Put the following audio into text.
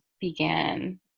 began